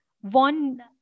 one